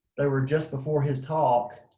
they were just before his talk.